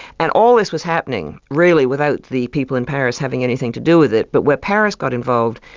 and all this was happening really without the people in paris having anything to do with it, but where paris got involved,